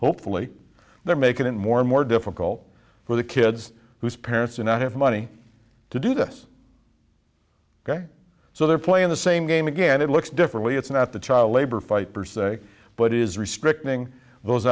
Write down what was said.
hopefully they're making it more and more difficult for the kids whose parents do not have money to do this ok so they're playing the same game again it looks differently it's not the child labor fight present but is restricting those